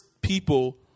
people